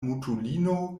mutulino